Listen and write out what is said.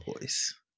voice